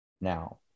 now